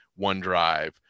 OneDrive